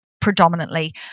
predominantly